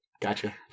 Gotcha